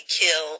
kill